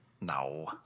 No